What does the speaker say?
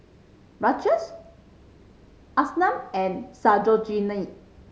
Rajesh Arnab and Sarojini